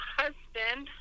husband